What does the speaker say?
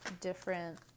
different